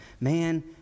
Man